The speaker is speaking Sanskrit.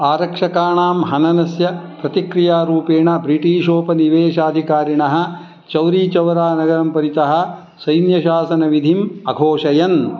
आरक्षकाणां हननस्य प्रतिक्रियारूपेण ब्रिटिशोपनिवेशादिकारिणः चौरीचौरानगरं परितः सैन्यशासनं विधिम् अघोषयन्